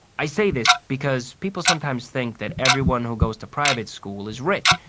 i say this because people sometimes think that everyone who goes to private school is rich,